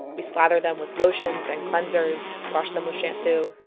we slather them with lotions and cleansers, wash them with shampoo,